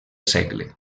segle